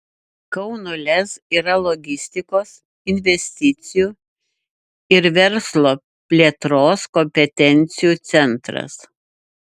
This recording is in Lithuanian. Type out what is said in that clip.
kauno lez yra logistikos investicijų ir verslo plėtros kompetencijų centras